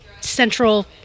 central